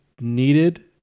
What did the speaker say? needed